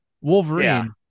Wolverine